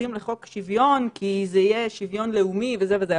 שמתנגדים לחוק השוויון כי זה יהיה שוויון לאומי וזה וזה,